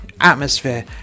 atmosphere